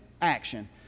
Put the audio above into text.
action